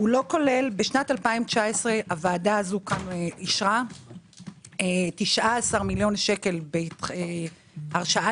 בשנת 2019 הוועדה הזאת אישרה 19 מיליון שקלים בהרשאה